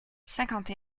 cinquante